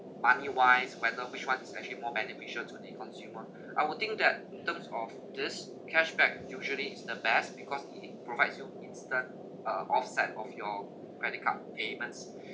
money wise whether which one is actually more beneficial to the consumer I would think that in terms of this cash back usually is the best because it it provides you instant uh offset of your credit card payments